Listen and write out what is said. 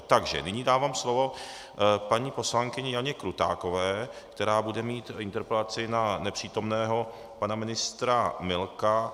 Takže nyní dávám slovo paní poslankyni Janě Krutákové, která bude mít interpelaci na nepřítomného pana ministra Milka.